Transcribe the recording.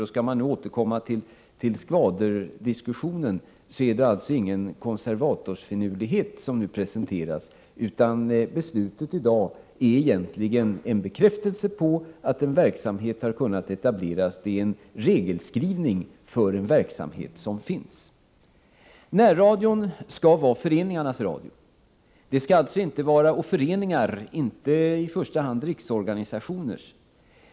Om jag skall återkomma till skvaderdiskussionen, vill jag framhålla att det inte är någon konservatorsfinurlighet som nu presenteras, utan beslutet i dag är egentligen en bekräftelse på att en verksamhet har kunnat etablerats. Det är en regelskrivning för en verksamhet som finns. Närradion skall vara föreningarnas radio — inte i första hand riksorganisationernas.